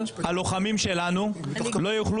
פתאום נכנס